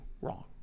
wrong